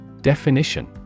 Definition